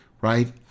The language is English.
right